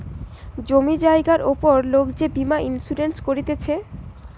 জমি জায়গার উপর লোক যে বীমা ইন্সুরেন্স করতিছে